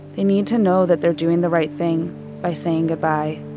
they need to know that they're doing the right thing by saying goodbye.